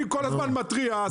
אני כל הזמן מתריע.